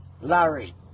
Larry